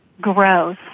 grows